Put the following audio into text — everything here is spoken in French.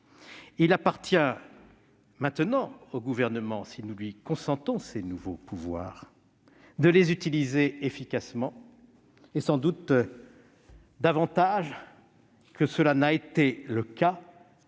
Il appartient maintenant au Gouvernement, si nous lui consentons ces nouveaux pouvoirs, de les utiliser efficacement, et sans doute davantage que cela n'a été le cas